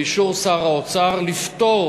באישור שר האוצר, לפטור